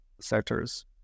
sectors